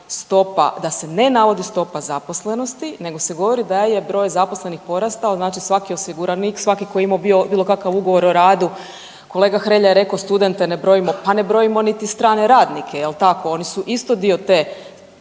stopa, da se ne navodi stopa zaposlenosti, nego se govori da je broj zaposlenih porastao, znači svaki osiguranik, svaki koji je imao bilo kakav ugovor o radu, kolega Hrelja je rekao studente ne brojimo, pa ne brojimo niti strane radnike jel tako oni su isto dio te